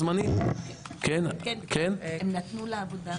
כן, הם נתנו לעבודה.